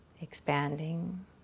expanding